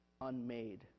unmade